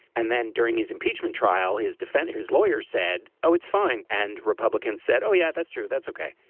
and then during his impeachment trial, his defense, his lawyers said, oh, it's fine. and republicans said, oh, yeah, that's true. that's ok.